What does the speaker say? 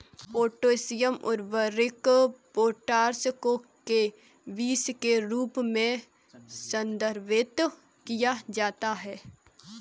potassium उर्वरक potash को केबीस के रूप में संदर्भित किया जाता है